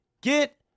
Get